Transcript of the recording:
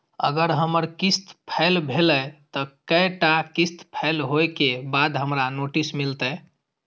अगर हमर किस्त फैल भेलय त कै टा किस्त फैल होय के बाद हमरा नोटिस मिलते?